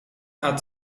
hat